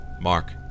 Mark